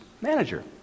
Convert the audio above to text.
manager